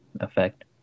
effect